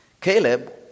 Caleb